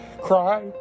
cry